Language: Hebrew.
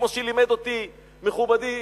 כמו שלימד אותי מכובדי,